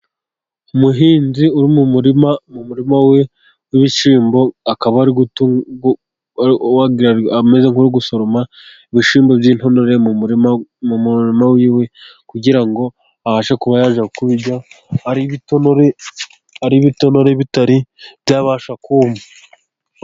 Umuhinzi uri mu murima we w'ibishyimbo, akaba ari ameze nk'uri gusoroma ibishyimbo by'intonore . Mu murima we kugira ngo abashe kuba yajya kubirya ari ibitonore, ari ibitonore bitari byabasha kuma.